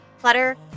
Clutter